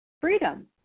freedom